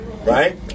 right